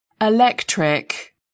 electric